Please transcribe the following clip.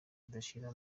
ridashira